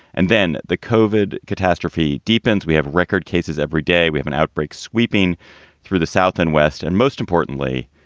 and then the covered catastrophe deepens. we have record cases every day. we have an outbreak sweeping through the south and west. and most importantly,